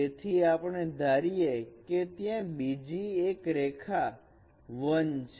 તેથી આપણે ધારીએ કે ત્યાં બીજી એક રેખા 1 છે